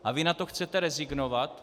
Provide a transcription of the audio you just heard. A vy na to chcete rezignovat?